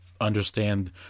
understand